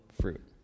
fruit